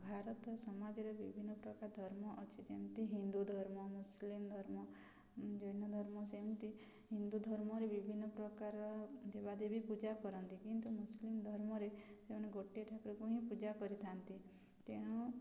ଭାରତ ସମାଜରେ ବିଭିନ୍ନ ପ୍ରକାର ଧର୍ମ ଅଛି ଯେମିତି ହିନ୍ଦୁ ଧର୍ମ ମୁସଲିମ୍ ଧର୍ମ ଜୈନ ଧର୍ମ ସେମିତି ହିନ୍ଦୁ ଧର୍ମରେ ବିଭିନ୍ନ ପ୍ରକାର ଦେବାଦେବୀ ପୂଜା କରନ୍ତି କିନ୍ତୁ ମୁସଲିମ୍ ଧର୍ମରେ ସେମାନେ ଗୋଟେ ଠାକୁରକୁ ହିଁ ପୂଜା କରିଥାନ୍ତି ତେଣୁ